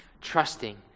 trusting